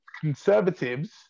Conservatives